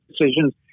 decisions